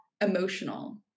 emotional